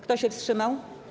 Kto się wstrzymał?